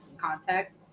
Context